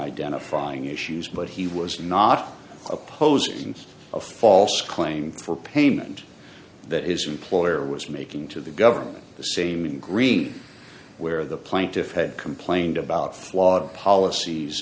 identifying issues but he was not opposing a false claim for payment that his employer was making to the government the same in green where the plaintiffs had complained about flawed policies